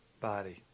body